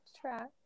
track